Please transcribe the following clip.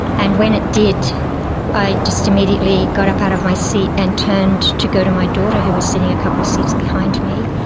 and when it did i just immediately got up out of my seat and turned to go to my daughter who was sitting a couple of seats behind me,